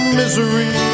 misery